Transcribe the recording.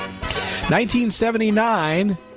1979